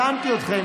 הבנתי אתכם.